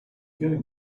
going